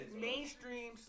mainstream